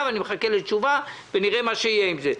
ואני מחכה לתשובה ונראה מה יהיה עם זה.